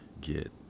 get